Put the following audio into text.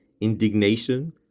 Indignation